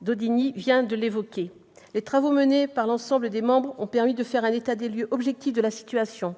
Daudigny vient de l'évoquer. Les travaux menés par l'ensemble des membres de cette mission ont permis de dresser un état des lieux objectif de la situation.